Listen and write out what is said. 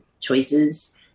choices